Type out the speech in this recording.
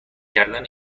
کردن